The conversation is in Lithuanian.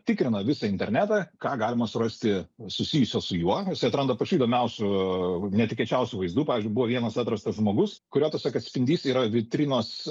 tikrina visą internetą ką galima surasti susijusio su juo jisai atranda pačių įdomiausių netikėčiausių vaizdų pavyzdžiui buvo vienas atrastas žmogus kurio tiesiog atspindys yra vitrinos